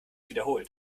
wiederholt